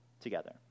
together